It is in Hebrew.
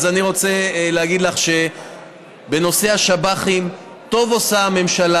אז אני רוצה להגיד לך שבנושא השב"חים טוב עושה הממשלה